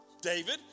David